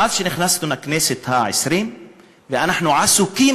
מאז שנכנסנו לכנסת העשרים אנחנו עסוקים,